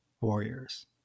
Warriors